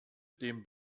dem